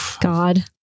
God